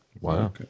Wow